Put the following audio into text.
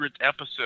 episode